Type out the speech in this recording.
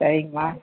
சரிங்கம்மா